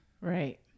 Right